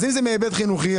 אם זה מהיבט חינוכי,